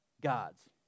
God's